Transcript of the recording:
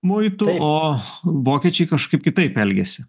muitų o vokiečiai kažkaip kitaip elgėsi